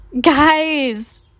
Guys